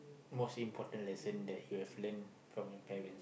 most important lesson that you have learnt from your parents